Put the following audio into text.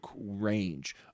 range